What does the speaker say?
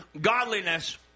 godliness